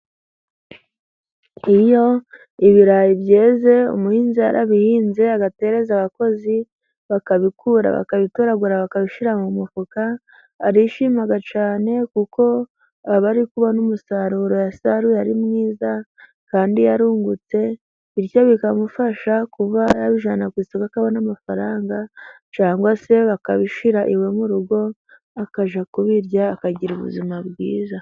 Iyo ibirayi byeze umuhinzi yarabihinze, agatereza abakozi bakabikura, bakabitoragura, bakabishyira mu mufuka, arishima cyane kuko aba ari kubona n'umusaruro yasaruye ari mwiza kandi yarungutse, bityo bikamufasha kuba yabijyana ku isoko, akabona amafaranga cyangwa se bakabishyira iwe mu rugo, akajya kubirya akagira ubuzima bwiza.